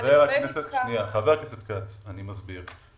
חבר הכנסת כץ, אני מסביר.